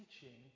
teaching